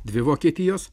dvi vokietijos